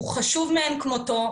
הוא חשוב מאין כמותו.